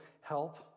help